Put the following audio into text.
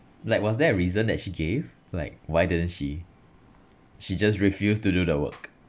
like was there a reason that she gave like why didn't she she just refused to do the work